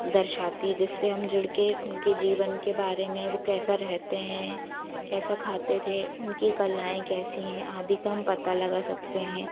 दर्शाती है जिससे हम जुड़ के उनके जीवन के बारे में वो कैसा रेहते हैं कैसा खाते थे उनकी कलाएँ कैसी हैं आदि का हम पता लगा सकते हैं